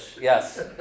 yes